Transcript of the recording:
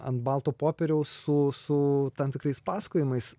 ant balto popieriaus su su tam tikrais pasakojimais